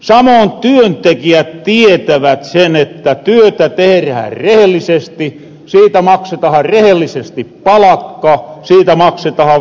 samoon työntekijät tietävät sen että työtä tehrähän rehellisesti siitä maksetahan rehellisesti palakka siitä maksetaha verot